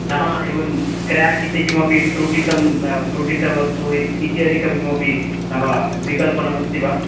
नाम एवं क्रेक् इति किमपि त्रुटितं त्रुटितवस्तु इत् इत्यादिकं किमपि नाम विकल्पनमस्ति वा